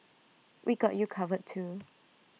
we got you covered too